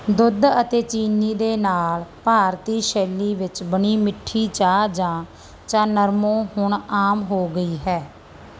ਦੁੱਧ ਅਤੇ ਚੀਨੀ ਦੇ ਨਾਲ ਭਾਰਤੀ ਸ਼ੈਲੀ ਵਿੱਚ ਬਣੀ ਮਿੱਠੀ ਚਾਹ ਜਾਂ ਚਾਨੰਰਮੋ ਹੁਣ ਆਮ ਹੋ ਗਈ ਹੈ